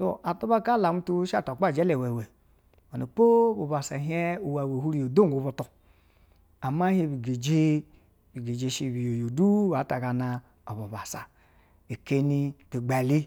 To atuba kaa lamutu shɛ atwa lapa ajala wewe, o wene bubase hien iwewee she yim bodugo butu, ama ehie bageje bugawe biyoyu du bata gaba ubu bubassa, ekeinibu gbaleyi